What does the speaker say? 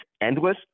endless